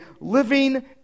living